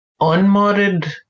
Unmodded